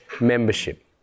membership